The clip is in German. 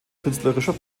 künstlerischer